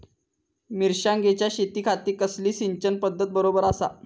मिर्षागेंच्या शेतीखाती कसली सिंचन पध्दत बरोबर आसा?